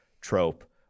trope